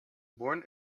born